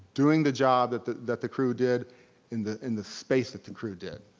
doing the job that the that the crew did in the in the space that the crew did.